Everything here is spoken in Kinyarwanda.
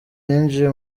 yinjiye